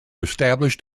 established